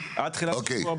הבא.